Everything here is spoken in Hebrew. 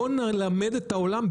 בוא נלמד את העולם,